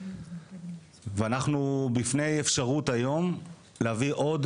ואנחנו בפני אפשרות היום להביא עוד